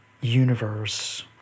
universe